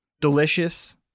delicious